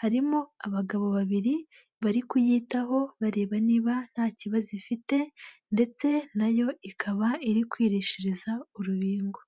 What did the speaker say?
harimo abagabo babiri bari kuyitaho bareba niba nta kibazo ifite ndetse na yo ikaba iri kwirishireza urubingo.